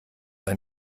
ein